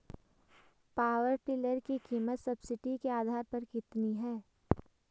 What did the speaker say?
Power tiller की कीमत subsidy के आधार पर कितनी है?